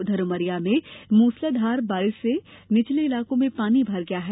उधर उमरिया में मूसलाधार बारिश से निचले इलाकों में पानी भर गया है